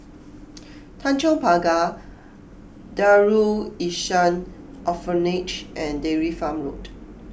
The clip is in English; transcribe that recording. Tanjong Pagar Darul Ihsan Orphanage and Dairy Farm Road